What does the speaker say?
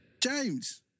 James